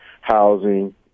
housing